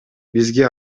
бизге